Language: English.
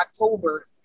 October